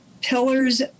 pillars